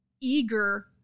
eager